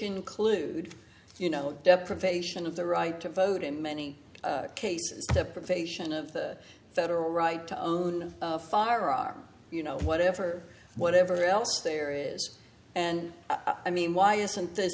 include you know deprivation of the right to vote in many cases deprivation of the federal right to own a firearm you know whatever whatever else there is and i mean why isn't th